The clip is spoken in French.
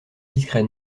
discret